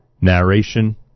narration